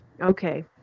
Okay